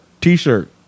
t-shirt